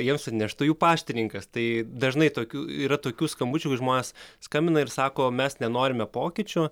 jiems atneštų jų paštininkas tai dažnai tokių yra tokių skambučių kai žmonės skambina ir sako mes nenorime pokyčių